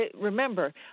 remember